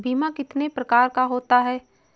बीमा कितने प्रकार का होता है?